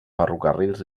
ferrocarrils